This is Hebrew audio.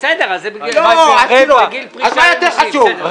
בסדר, אז אחרי גיל פרישה --- אז מה יותר חשוב?